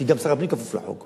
כי גם שר הפנים כפוף לחוק.